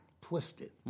twisted